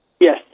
Yes